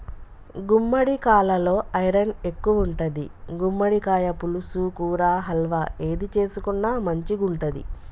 గుమ్మడికాలలో ఐరన్ ఎక్కువుంటది, గుమ్మడికాయ పులుసు, కూర, హల్వా ఏది చేసుకున్న మంచిగుంటది